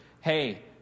Hey